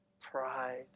pride